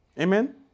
Amen